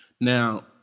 Now